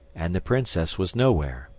and the princess was nowhere.